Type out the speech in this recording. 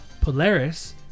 Polaris